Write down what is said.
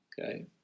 Okay